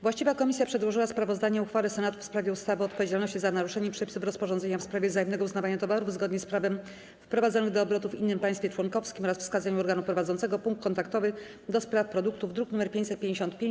Właściwa komisja przedłożyła sprawozdanie o uchwale Senatu w sprawie ustawy o odpowiedzialności za naruszenie przepisów rozporządzenia w sprawie wzajemnego uznawania towarów zgodnie z prawem wprowadzonych do obrotu w innym państwie członkowskim oraz wskazaniu organu prowadzącego punkt kontaktowy do spraw produktów, druk nr 555.